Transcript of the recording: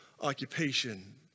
occupation